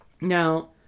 Now